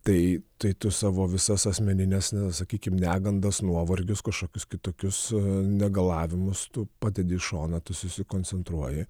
tai tai tu savo visas asmenines sakykim negandas nuovargius kažkokius kitokius negalavimus tu padedi į šoną tu susikoncentruoji